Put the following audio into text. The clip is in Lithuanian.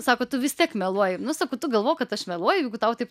sako tu vis tiek meluoji nu sakau tu galvok kad aš meluoju jeigu tau taip